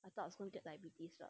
adults won't get diabetes ah